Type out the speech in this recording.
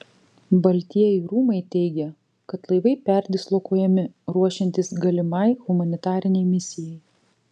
baltieji rūmai teigia kad laivai perdislokuojami ruošiantis galimai humanitarinei misijai